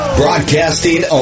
broadcasting